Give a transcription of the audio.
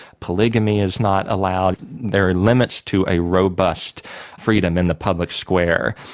polygamy is not allowed. there are limits to a robust freedom in the public square.